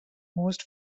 most